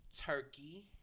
Turkey